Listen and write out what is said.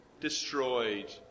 destroyed